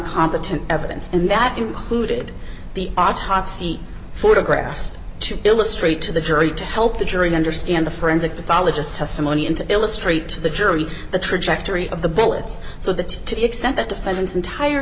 competent evidence and that included the autopsy photographs to illustrate to the jury to help the jury understand the forensic pathologist testimony and to illustrate to the jury the trajectory of the bullets so that to the extent that defendant's entire